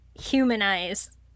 humanize